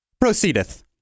proceedeth